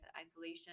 isolation